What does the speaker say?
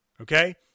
Okay